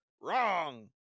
Wrong